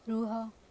ରୁହ